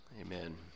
amen